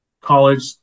college